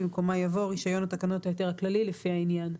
במקומה יבוא "רישיון התקנות ההיתר הכללי לפי העניין".